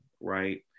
right